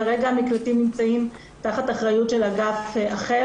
כרגע המקלטים נמצאים תחת אחריות של אגף אחר